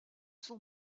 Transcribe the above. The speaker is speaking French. son